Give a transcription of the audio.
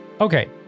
Okay